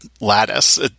lattice